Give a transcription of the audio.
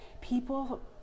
People